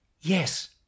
yes